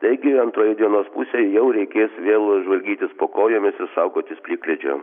taigi antroje dienos pusėje jau reikės vėl žvalgytis po kojomis ir saugotis plikledžio